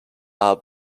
are